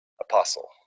apostle